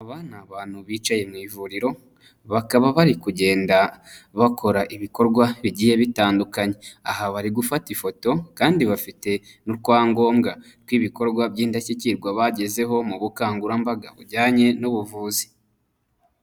Aba ni abantu bicaye mu ivuriro, bakaba bari kugenda bakora ibikorwa bigiye bitandukanye, aha bari gufata ifoto kandi bafite n'utwangombwa tw'ibikorwa by'indashyikirwa bagezeho mu bukangurambaga bujyanye n'ubuvuzi.